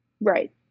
Right